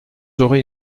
aurez